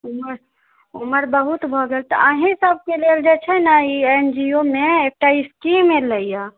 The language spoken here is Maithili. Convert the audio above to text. उमर उमर बहुत भऽ गेल तऽ अहीँ सबके लेल ई छै ने ई एनजीओमे एकटा स्कीम एलैए